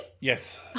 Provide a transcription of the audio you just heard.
Yes